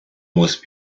most